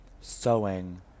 sewing